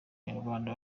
abanyarwanda